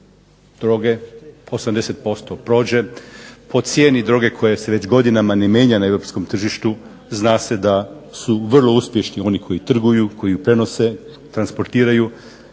droge, 80% prođe. O cijeni droge koje se već godinama ne mijenja na europskom tržištu zna se da su vrlo uspješni oni koji trguju, koji je prenose, transportiraju